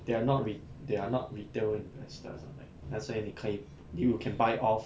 they are not re~ they are not retail investors like let's say 你可以 you can buy off